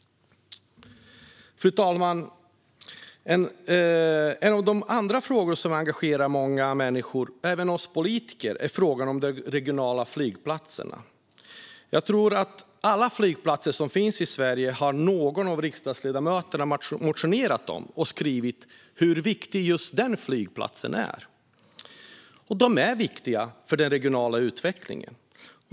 Fru talman! En av de andra frågor som engagerar många människor, även oss politiker, är frågan om de regionala flygplatserna. Jag tror att det gäller för varje flygplats som finns i Sverige att någon av riksdagsledamöterna har motionerat om den och skrivit hur viktig just den flygplatsen är. Och de regionala flygplatserna är viktiga för den regionala utvecklingen.